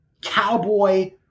cowboy